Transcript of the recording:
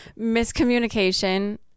Miscommunication